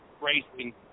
racing